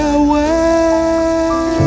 away